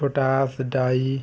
potash dye